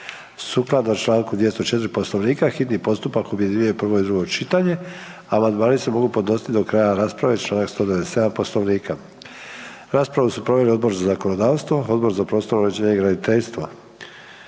Sukladno članku 204. Poslovnika hitni postupak objedinjuje prvo i drugo čitanje, a amandmani se mogu podnositi do kraja rasprave, članak 197. Poslovnika. Raspravu su proveli Odbor za zakonodavstvo, Odbor za prostorno uređenje, graditeljstvo.